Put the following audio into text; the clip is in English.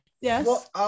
Yes